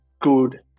good